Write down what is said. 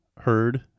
heard